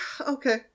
Okay